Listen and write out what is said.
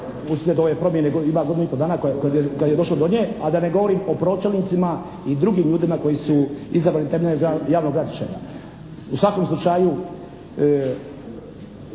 uslijed ove promjene, ima godinu i pol dana da je došlo do nje, a da ne govorim o pročelnicima i drugim ljudima koji su izabrani temeljem javnog natječaja. U svakom slučaju